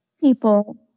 people